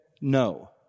no